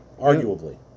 arguably